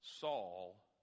Saul